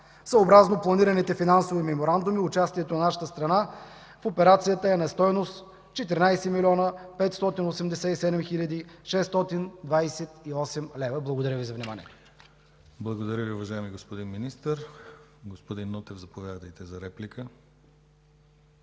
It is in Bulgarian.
Съобразно планираните финансови меморандуми участието на нашата страна в операцията е на стойност 14 млн. 587 хил. 628 лв. Благодаря Ви за вниманието. ПРЕДСЕДАТЕЛ ДИМИТЪР ГЛАВЧЕВ: Благодаря Ви, уважаеми господин Министър. Господин Нотев, заповядайте за реплика.